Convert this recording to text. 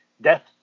death